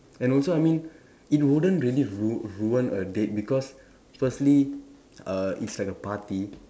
and also I mean it wouldn't really ruin ruin a date because firstly uh it's like a party